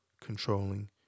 controlling